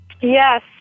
Yes